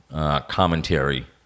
commentary